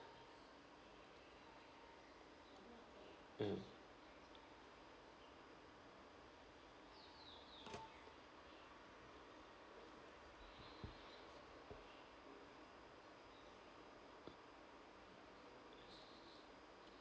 mm